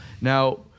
Now